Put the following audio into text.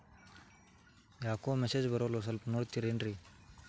ಯಾಕೊ ಮೆಸೇಜ್ ಬರ್ವಲ್ತು ಸ್ವಲ್ಪ ನೋಡ್ತಿರೇನ್ರಿ?